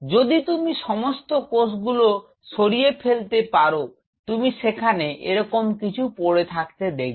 যদি তুমি সমস্ত কোষগুলো সরিয়ে ফেলতে পার তুমি সেখানে এরকম কিছু পড়ে থাকতে দেখবে